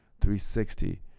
360